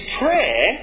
prayer